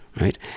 right